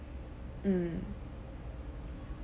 mm